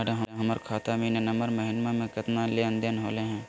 madam, हमर खाता में ई नवंबर महीनमा में केतना के लेन देन होले है